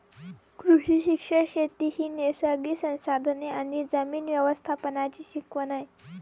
कृषी शिक्षण शेती ही नैसर्गिक संसाधने आणि जमीन व्यवस्थापनाची शिकवण आहे